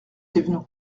thévenoud